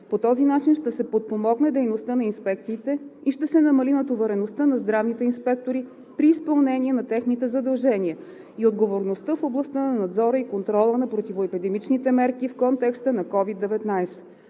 По този начин ще се подпомогне дейността на инспекциите и ще се намали натовареността на здравните инспектори при изпълнение на техните задължения и отговорности в областта на надзора и контрола на противоепидемичните мерки в контекста на COVID-19.